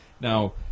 Now